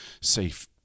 safe